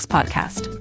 Podcast